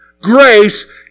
grace